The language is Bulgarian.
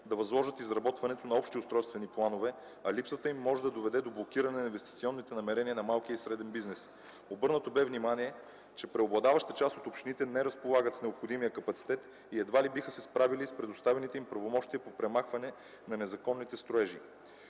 да възложат изработването на общи устройствени планове, а липсата им може да доведе до блокиране на инвестиционните намерения на малкия и среден бизнес. Обърнато бе внимание, че преобладаващата част от общините не разполагат с необходимия капацитет и едва ли биха се справили с предоставените им правомощия по премахване на незаконните строежи.